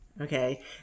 okay